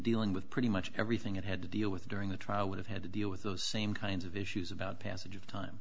dealing with pretty much everything it had to deal with during the trial would have had to deal with those same kinds of issues about passage of time